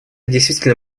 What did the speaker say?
действительно